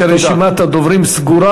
אני רק מודיע שרשימת הדוברים סגורה.